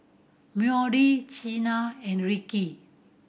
Moody Cena and Rikki